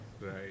Right